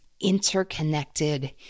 interconnected